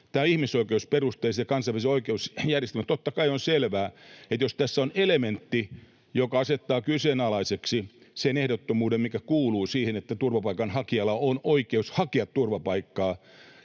tämän ihmisoikeusperusteisuuden ja kansainvälisen oikeusjärjestelmän, totta kai on selvää, että jos tässä on elementti, joka asettaa kyseenalaiseksi sen ehdottomuuden, mikä kuuluu siihen, että turvapaikanhakijalla on oikeus hakea turvapaikkaa